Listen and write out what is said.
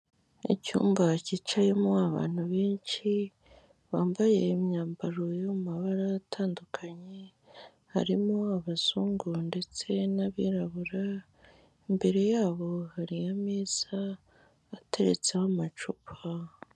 Icyumba kicayemo abantu benshi bambaye imyambaro y'amabara atandukanye, harimo abazungu ndetse n'abirabura, imbere yabo hari ameza ateretseho amacupa.